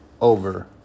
over